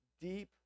deep